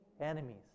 Enemies